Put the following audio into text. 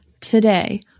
today